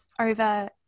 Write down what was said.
over